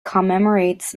commemorates